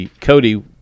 Cody